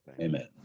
amen